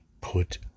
put